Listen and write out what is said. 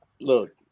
look